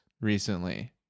recently